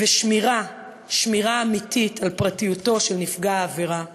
ושמירה אמיתית על פרטיותו של נפגע העבירה,